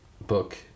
book